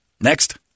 Next